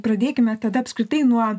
pradėkime tada apskritai nuo